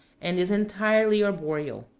and is entirely arboreal.